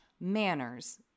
manners